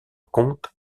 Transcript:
compte